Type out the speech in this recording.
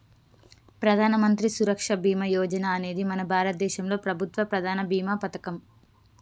ప్రధానమంత్రి సురక్ష బీమా యోజన అనేది మన భారతదేశంలో ప్రభుత్వ ప్రధాన భీమా పథకం